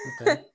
Okay